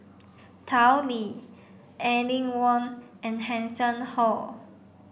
Tao Li Aline Wong and Hanson Ho